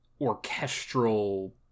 orchestral